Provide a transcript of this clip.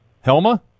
Helma